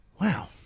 wow